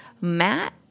Matt